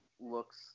looks